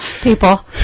People